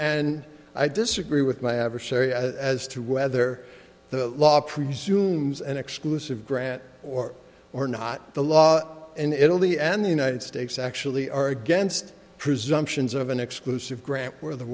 and i disagree with my adversary as to whether the law presumes an exclusive grant or or not the law and italy and the united states actually are against presumptions of an exclusive grant where the